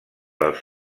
als